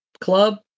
club